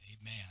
Amen